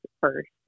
first